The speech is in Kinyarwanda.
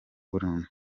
burundu